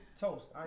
toast